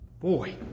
Boy